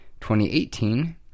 2018